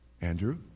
Andrew